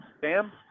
Sam